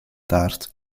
taart